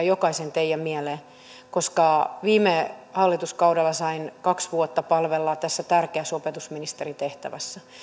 jokaisen teidän mieleen viime hallituskaudella sain kaksi vuotta palvella tässä tärkeässä opetusministeritehtävässä